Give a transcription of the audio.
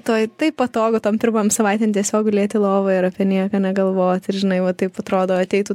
toj taip patogu tom pirmom savaitėm tiesiog gulėti lovoje ir apie nieką negalvoti ir žinai va taip atrodo ateitų